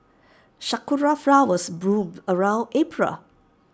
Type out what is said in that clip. Sakura Flowers bloom around April